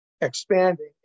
expanding